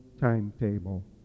timetable